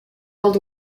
old